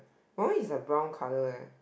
my one is like brown colour leh